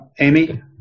Amy